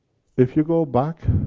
if you go back,